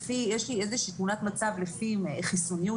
יש לי איזו שהיא תמונת מצב לפי חיסוניות